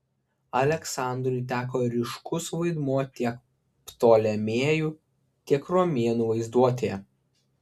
aleksandrui teko ryškus vaidmuo tiek ptolemėjų tiek romėnų vaizduotėje